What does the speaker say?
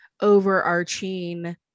overarching